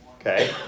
okay